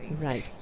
Right